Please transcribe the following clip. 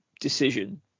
decision